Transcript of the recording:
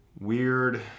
weird